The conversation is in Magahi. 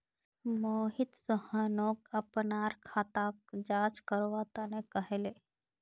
मोहित सोहनक अपनार खाताक जांच करवा तने कहले